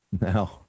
Now